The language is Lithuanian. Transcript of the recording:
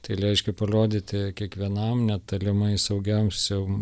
tai reiškia parodyti kiekvienam net talimai saugiausiam